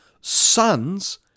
sons